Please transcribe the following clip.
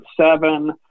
seven